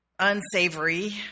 unsavory